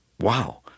wow